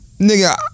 Nigga